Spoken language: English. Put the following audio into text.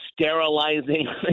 sterilizing